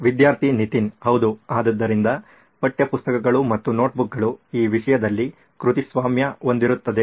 ವಿದ್ಯಾರ್ಥಿ ನಿತಿನ್ ಹೌದು ಆದ್ದರಿಂದ ಪಠ್ಯಪುಸ್ತಕಗಳು ಮತ್ತು ನೋಟ್ಬುಕ್ಗಳು ಈ ವಿಷಯದಲ್ಲಿ ಕೃತಿಸ್ವಾಮ್ಯ ಹೊಂದಿರುತ್ತದೆ